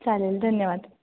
चालेल धन्यवाद